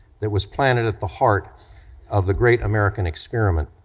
that was planted at the heart of the great american experiment,